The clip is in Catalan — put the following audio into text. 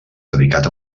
dedicat